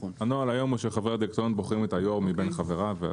הנוהל כיום הוא שחברי הדירקטוריון בוחרים את היו"ר מבין חבריו.